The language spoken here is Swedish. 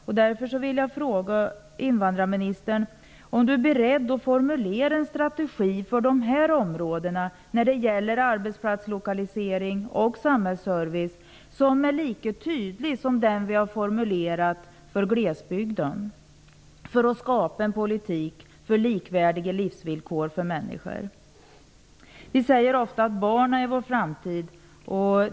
Och därför vill jag fråga invandrarministern om han för att skapa en politik för likvärdiga livsvillkor för alla människor är beredd att formulera en strategi för dessa områden när det gäller arbetsplatslokalisering och samhällsservice, som är lika tydlig som den som vi har formulerat för glesbygden. Vi säger ofta att barnen är vår framtid.